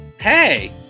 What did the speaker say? hey